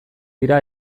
dira